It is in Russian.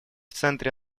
центре